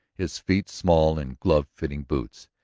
his feet small in glove-fitting boots.